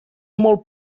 molt